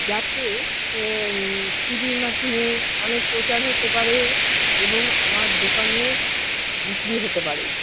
যাতে টিভির মাধ্যমে অনেক প্রচার হতে পারে এবং আমার দোকানের বিক্রি হতে পারে